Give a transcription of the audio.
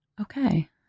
Okay